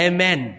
Amen